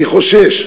אני חושש,